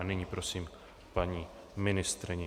A nyní prosím paní ministryni.